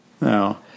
No